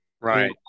Right